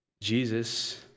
Jesus